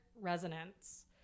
resonance